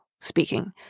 speaking